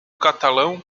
catalão